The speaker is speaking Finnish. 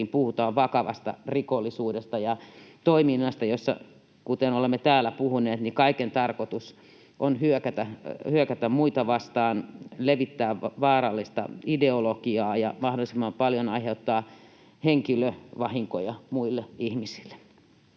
puhutaan vakavasta rikollisuudesta ja toiminnasta, jossa — kuten olemme täällä puhuneet — kaiken tarkoitus on hyökätä muita vastaan, levittää vaarallista ideologiaa ja mahdollisimman paljon aiheuttaa henkilövahinkoja muille ihmisille.